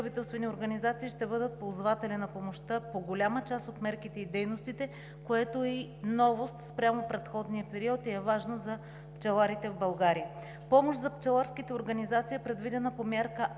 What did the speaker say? ползватели на помощта в по-голяма част от мерките и дейностите, което е новост спрямо предходния период и е важно за пчеларите в България. Помощ за пчеларските организации е предвидена по мярка А